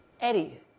Eddie